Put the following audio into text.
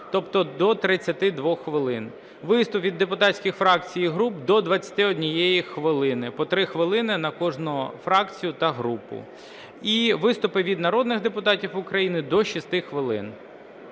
тобто до 32 хвилин. Виступи від депутатських фракцій і груп – до 21 хвилини, по 3 хвилини на кожну фракцію та групу, і виступи від народних депутатів України – до 6 хвилин.